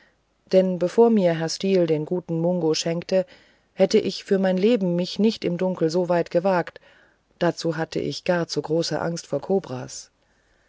denn bevor mir herr steel den guten mungos schenkte hätte ich für mein leben mich nicht im dunkel so weit gewagt dazu habe ich gar zu große angst vor kobras